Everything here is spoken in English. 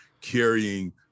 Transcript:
carrying